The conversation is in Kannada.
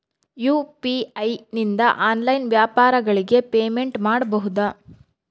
ಯು.ಪಿ.ಐ ನಿಂದ ಆನ್ಲೈನ್ ವ್ಯಾಪಾರಗಳಿಗೆ ಪೇಮೆಂಟ್ ಮಾಡಬಹುದಾ?